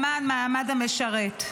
למען המעמד המשרת.